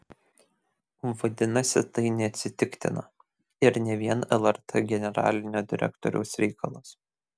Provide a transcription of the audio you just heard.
vadinasi tai neatsitiktina ir ne vien lrt generalinio direktoriaus reikalas